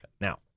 now